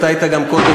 אתה היית גם קודם,